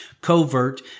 covert